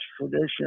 tradition